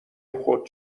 خود